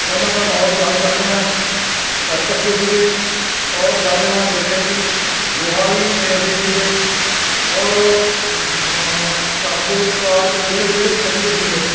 ਪਹਿਲਾਂ ਤਾਂ ਮਾਹੌਲ ਯਾਦ ਕਰਦੇ ਹਾਂ ਘਰ ਕੱਚੇ ਸੀਗੇ ਔਰ ਗਾਰੇ ਨਾਲ ਲਿੱਪਦੇ ਸੀ ਗੋਹਾ ਵੀ ਫੇਰਦੇ ਸੀਗੇ ਔਰ ਘਰ ਦੇ ਵਿੱਚ ਪਾਰ ਗੇੜੇ ਵਿਹੜੇ ਵਿੱਚ ਰਹਿੰਦੇ ਸੀਗੇ